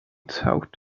thought